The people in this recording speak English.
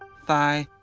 thigh,